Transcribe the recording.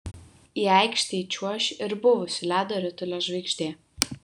į aikštę įčiuoš ir buvusi ledo ritulio žvaigždė